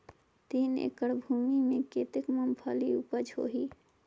तीन एकड़ भूमि मे कतेक मुंगफली उपज होही?